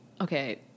okay